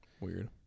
Weird